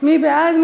מי בעד?